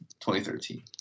2013